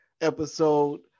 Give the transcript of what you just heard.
episode